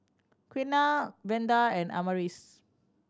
Quiana Vander and Amaris